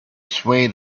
swayed